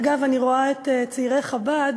אגב, אני רואה את צעירי חב"ד,